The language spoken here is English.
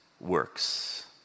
works